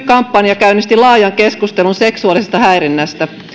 kampanja käynnisti laajan keskustelun seksuaalisesta häirinnästä